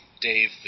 Dave